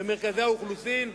במרכזי האוכלוסין?